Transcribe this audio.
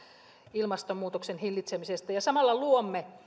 ilmastonmuutoksen hillitsemisestä ja samalla luomme